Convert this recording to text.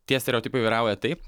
tie stereotipai vyrauja taip